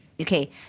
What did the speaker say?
Okay